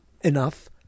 enough